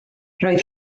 roedd